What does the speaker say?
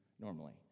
normally